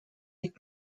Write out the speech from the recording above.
des